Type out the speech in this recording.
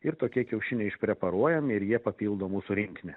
ir tokie kiaušiniai išpreparuojami ir jie papildo mūsų rinkinį